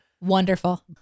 wonderful